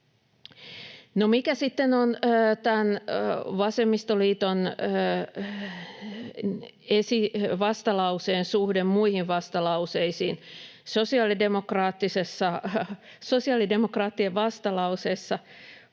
mikä sitten on tämän vasemmistoliiton vastalauseen suhde muihin vastalauseisiin? Sosiaalidemokraattien vastalauseessa